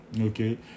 okay